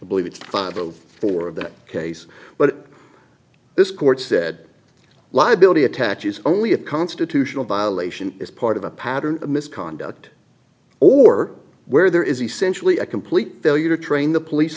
you believe it's the four of the case but this court said liability attaches only a constitutional violation as part of a pattern of misconduct or where there is essentially a complete failure to train the police